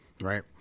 right